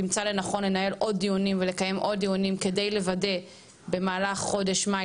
תמצא לנכון לנהל ולקיים עוד דיונים כדי לוודא במהלך חודש מאי,